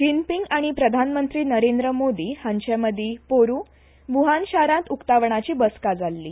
जिनपींग आनी प्रधानमंत्री नरेंद्र मोदी हांचे मदीं पोरूं बुहान शारांत उकतावणाची बसका जाल्ली